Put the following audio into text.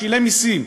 שילם מסים,